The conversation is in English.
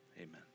Amen